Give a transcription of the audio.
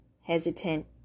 hesitant